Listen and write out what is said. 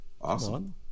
Awesome